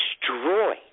destroy